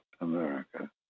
America